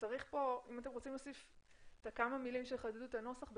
אם אתם רוצים להוסיף את כמה המילים שיחדדו את הנוסח,